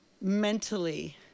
mentally